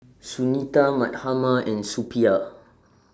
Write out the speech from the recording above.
Sunita Mahatma and Suppiah